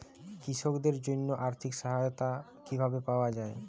কৃষকদের জন্য আর্থিক সহায়তা কিভাবে পাওয়া য়ায়?